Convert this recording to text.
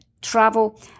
travel